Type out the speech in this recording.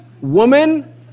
Woman